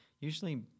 Usually